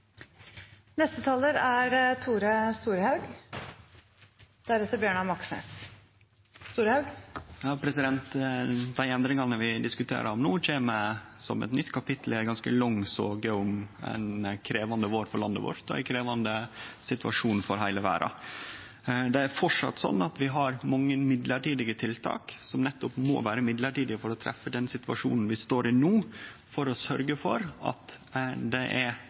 Dei endringane vi diskuterer no, kjem som eit nytt kapittel i ei ganske lang soge om ein krevjande vår for landet vårt og ein krevjande situasjon for heile verda. Det er framleis slik at vi har mange mellombels tiltak som nettopp må vere mellombels for å treffe den situasjonen vi står i no for å sørgje for at